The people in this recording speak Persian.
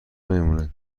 نمیمونه